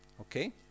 Okay